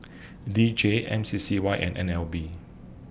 D J M C C Y and N L B